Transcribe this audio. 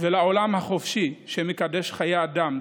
ולעולם החופשי שמקדש חיי אדם,